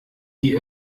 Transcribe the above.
die